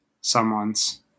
someone's